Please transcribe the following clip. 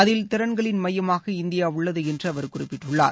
அதில் திறன்களின் மையமாக இந்தியா உள்ளது என்று அவர் குறிப்பிட்டுள்ளார்